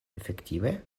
efektive